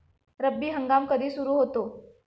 रब्बी हंगाम कधी सुरू होतो?